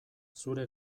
zure